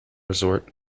resort